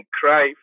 cry